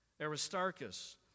Aristarchus